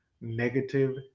negative